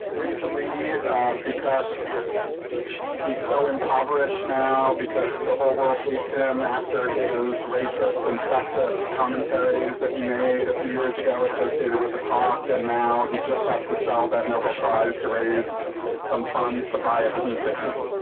recently because he's so impoverished now because the whole world hates him after his racist and sexist commentaries that he made a few years ago associated with the talk, and now he just has to sell that nobel prize to raise some funds to buy a painting.